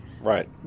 Right